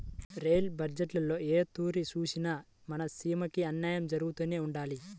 rail బజ్జెట్టులో ఏ తూరి సూసినా మన సీమకి అన్నాయం జరగతానే ఉండాది